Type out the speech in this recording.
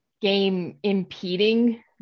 game-impeding